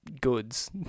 goods